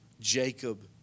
Jacob